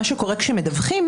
מה שקורה כשמדווחים,